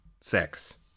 sex